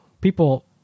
People